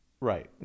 Right